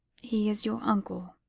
he is your uncle.